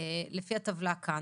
לפי הטבלה כאן,